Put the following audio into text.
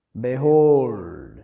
Behold